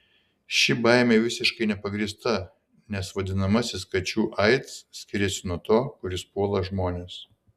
ši baimė visiškai nepagrįsta nes vadinamasis kačių aids skiriasi nuo to kuris puola žmones